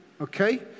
okay